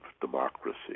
democracy